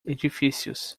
edifícios